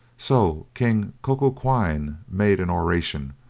so king coco quine made an oration,